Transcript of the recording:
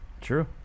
true